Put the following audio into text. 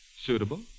Suitable